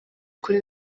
kuri